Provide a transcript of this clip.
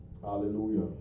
Hallelujah